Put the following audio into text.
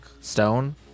stone